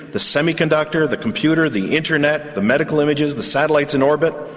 the semiconductor, the computer, the internet, the medical images, the satellites in orbit,